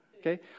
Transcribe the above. Okay